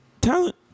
talent-